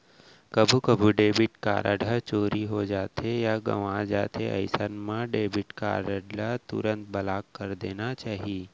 कभू कभू debit card ह चोरी हो जाथे या गवॉं जाथे अइसन मन डेबिट कारड ल तुरते ब्लॉक करा देना चाही